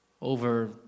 over